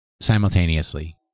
Simultaneously